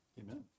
Amen